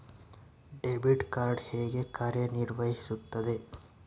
Debit card ಹೇಗೆ ಕಾರ್ಯನಿರ್ವಹಿಸುತ್ತದೆ?